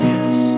Yes